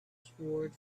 sword